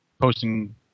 posting